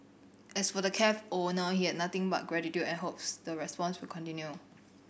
as for the cafe owner he had nothing but gratitude and hopes the response will continue